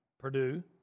Purdue